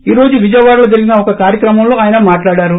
ఈ రోజు విజయవాడలో జరిగిన ఒక కార్యక్రమంలో ఆయన మాట్లాడారు